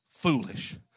foolish